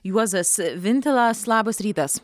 juozas vintilas labas rytas